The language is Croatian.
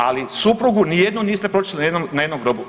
Ali suprugu ni jednu niste pročitali na jednom grobu.